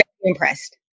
impressed